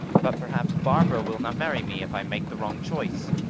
but perhaps barbara will not marry me if i make the wrong choice.